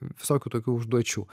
visokių tokių užduočių